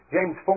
James